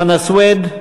חנא סוייד,